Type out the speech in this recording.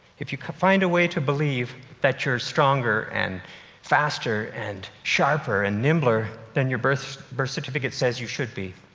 if you can find a way to believe that you're stronger, and faster, and sharper and nimbler than your birth birth certificate said you should be,